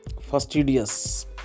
fastidious